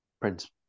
Prince